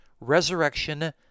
resurrection